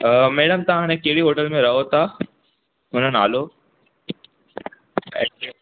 madam तव्हां हाणे कहिड़ी होटल में रहो था उनजो नालो